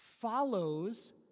follows